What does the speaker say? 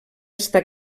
estar